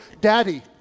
Daddy